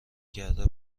کرده